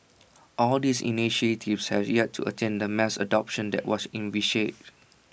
all these initiatives has yet to attain the mass adoption that was envisaged